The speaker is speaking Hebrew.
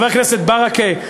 חבר הכנסת ברכה,